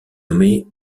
nommé